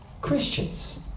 Christians